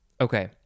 Okay